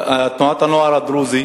בארץ-ישראל,